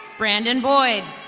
brandon boy.